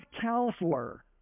counselor